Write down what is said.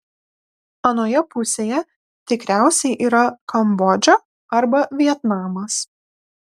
anoje pusėje tikriausiai yra kambodža arba vietnamas